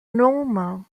normal